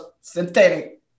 synthetic